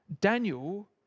Daniel